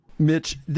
Mitch